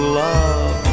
love